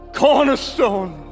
cornerstone